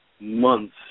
months